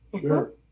Sure